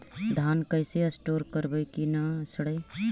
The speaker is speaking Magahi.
धान कैसे स्टोर करवई कि न सड़ै?